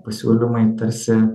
pasiūlymai tarsi